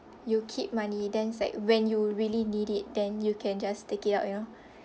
you keep money then it's like when you really need it then you can just take it out you know